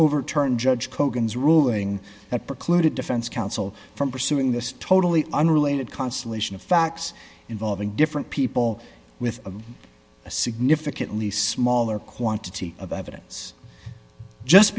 overturn judge kogan is ruling that precluded defense counsel from pursuing this totally unrelated constellation of facts involving different people with a significantly smaller quantity of evidence just